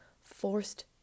forced